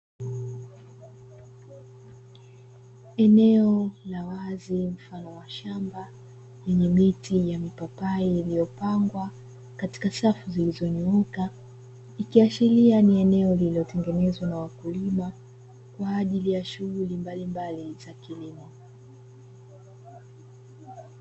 Eneo la wazi mfano wa shamba lenye miti ya mipapai iliyopangwa katika safu zilizo nyooka ikiashiria ni eneo lililotengenezwa na wakulima kwa ajili ya shughuli mbalimbali za kilimo.